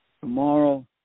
tomorrow